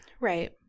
right